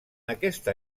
aquesta